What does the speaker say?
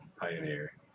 pioneer